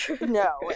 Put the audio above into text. no